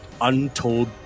untold